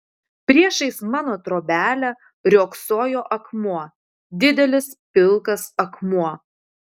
priešais mano trobelę riogsojo akmuo didelis pilkas akmuo